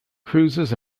cruises